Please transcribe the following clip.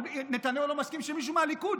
אבל נתניהו לא מסכים שמישהו מהליכוד,